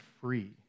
free